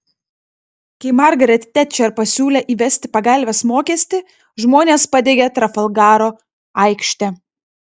kai margaret tečer pasiūlė įvesti pagalvės mokestį žmonės padegė trafalgaro aikštę